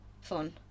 fun